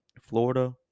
Florida